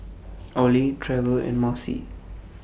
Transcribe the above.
Ollie Trever and Marcy